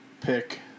pick